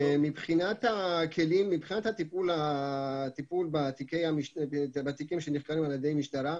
מבחינת הטיפול בתיקים שנחקרים על ידי המשטרה.